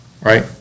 Right